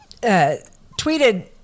tweeted